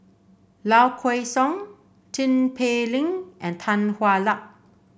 Low Kway Song Tin Pei Ling and Tan Hwa Luck